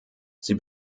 sie